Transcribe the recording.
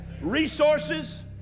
resources